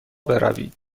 بروید